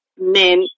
Men